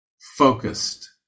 focused